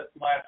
last